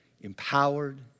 empowered